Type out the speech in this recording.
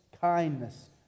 kindness